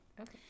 okay